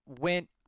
went